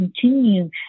continue